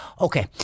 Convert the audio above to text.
Okay